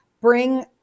bring